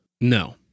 No